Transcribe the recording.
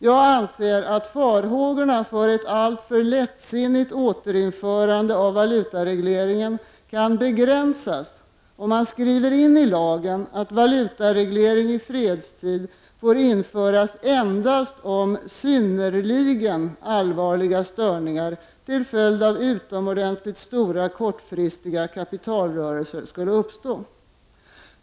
Jag anser att farhågorna för ett alltför lättsinnigt återinförande av valutaregleringen kan begränsas om man skriver in i lagen att valutareglering i fredstid får införas endast om synnerligen allvarliga störningar till följd av utomordentligt stora kortfristiga kapitalrörelser skulle uppstå.